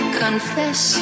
confess